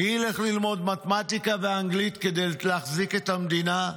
מי ילך ללמוד מתמטיקה ואנגלית כדי להחזיק את המדינה?